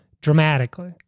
dramatically